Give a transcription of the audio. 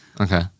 Okay